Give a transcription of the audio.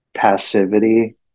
passivity